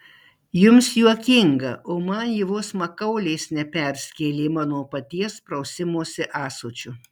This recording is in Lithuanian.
jums juokinga o man ji vos makaulės neperskėlė mano paties prausimosi ąsočiu